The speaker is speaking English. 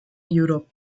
europe